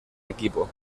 equipo